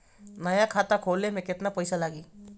नया खाता खोले मे केतना पईसा लागि?